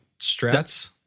strats